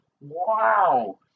wow